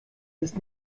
ist